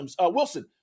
Wilson